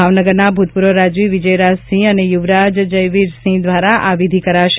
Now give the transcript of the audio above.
ભાવનગરના ભૂતપૂર્વ રાજવી વિજયરાજસિંહ અને યુવરાજ જયવીરસિંહ દ્વારા આ વિધિ કરાશે